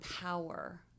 power